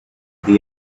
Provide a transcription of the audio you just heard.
the